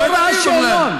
לא ראה איש שאלון.